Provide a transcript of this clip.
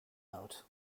out